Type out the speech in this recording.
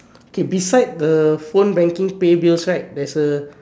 okay beside the phone banking pay bills right there's a